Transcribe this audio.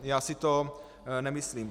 Já si to nemyslím.